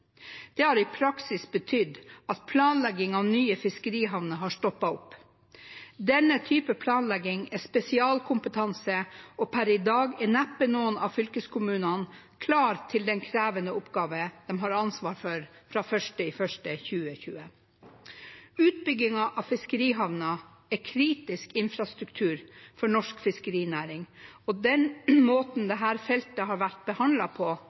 Det har i praksis betydd at planlegging av nye fiskerihavner har stoppet opp. Denne typen planlegging er spesialkompetanse, og per i dag er neppe noen av fylkeskommunene klare for den krevende oppgaven de har ansvar for fra 1. januar 2020. Utbygging av fiskerihavner er kritisk infrastruktur for norsk fiskerinæring, og måten dette feltet har vært behandlet på